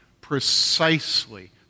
precisely